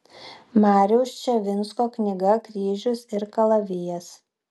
mariaus ščavinsko knyga kryžius ir kalavijas